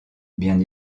bien